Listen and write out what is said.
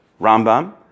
Rambam